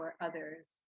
others